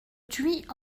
thuit